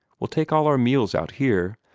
we'll take all our meals out here,